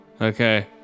Okay